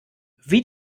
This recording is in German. wie